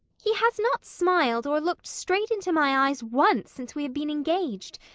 he has not smiled or looked straight into my eyes once since we have been engaged.